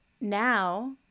now